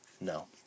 No